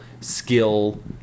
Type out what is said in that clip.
skill